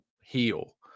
heal